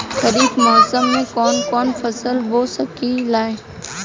खरिफ मौसम में कवन कवन फसल बो सकि ले?